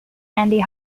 andy